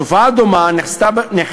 תופעה דומה נחזתה